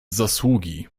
zasługi